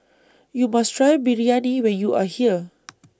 YOU must Try Biryani when YOU Are here